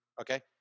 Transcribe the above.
Okay